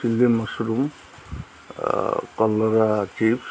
chilli mushroom କଲରା chips